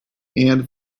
and